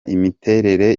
imiterere